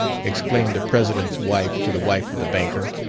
exclaimed the president's wife to the wife of the banker,